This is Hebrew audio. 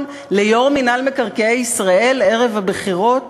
ליושב-ראש מינהל מקרקעי ישראל ערב הבחירות?